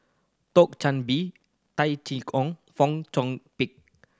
Chan Bee Tai Chye Kong Fong Chong Pik